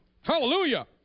hallelujah